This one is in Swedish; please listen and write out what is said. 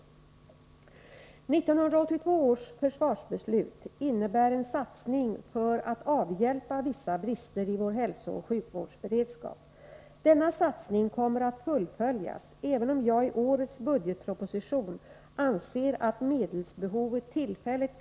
1982 års försvarsbeslut innebär en satsning för att avhjälpa vissa brister i vår hälsooch sjukvårdsberedskap. Denna satsning kommer att fullföljas, även om jag i årets budgetproposition (prop. 1983/84:100 bil.